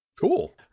Cool